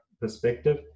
perspective